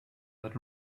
that